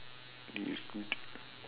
this is good